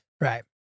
Right